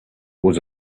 was